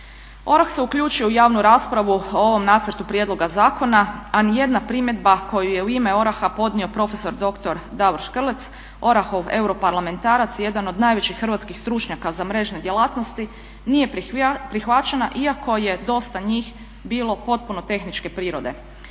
ORaH se uključio u javnu raspravu o ovom nacrtu prijedloga zakona a nijedna primjedba koju je u ime ORaH-a podnio prof.dr. Davor Škrlec ORaH-ov europarlamentarac i jedan od najvećih hrvatskih stručnjaka za mrežne djelatnosti nije prihvaćena iako je dosta njih bilo potpuno tehničke prirode.